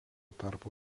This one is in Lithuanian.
tarpu